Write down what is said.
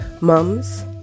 Mums